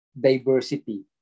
diversity